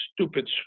stupid